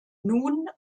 nun